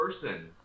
person